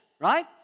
right